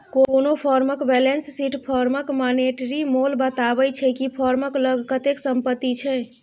कोनो फर्मक balance sheet फर्मक मानेटिरी मोल बताबै छै कि फर्मक लग कतेक संपत्ति छै